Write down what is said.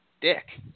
dick